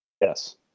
Yes